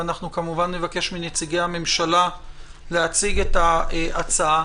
וכמובן אנחנו נבקש מנציגי הממשלה להציג את ההצעה,